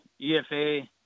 EFA